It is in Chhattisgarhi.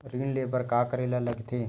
ऋण ले बर का करे ला लगथे?